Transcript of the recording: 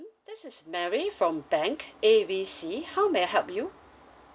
this is mary from bank A B C how may I help you